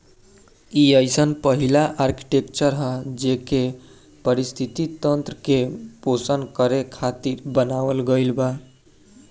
इ अइसन पहिला आर्कीटेक्चर ह जेइके पारिस्थिति तंत्र के पोषण करे खातिर बनावल गईल बा